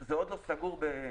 זה עוד לא סגור לגמרי.